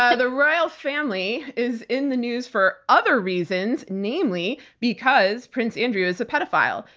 ah the royal family is in the news for other reasons, namely because prince andrew is a pedophile.